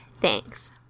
thanks